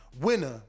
Winner